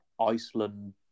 Iceland